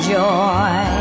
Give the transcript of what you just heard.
joy